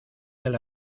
del